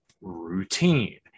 routine